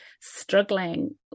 struggling